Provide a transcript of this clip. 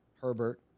Herbert